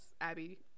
Abby